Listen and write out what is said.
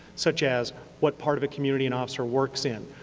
such as what part of a community an officer works in,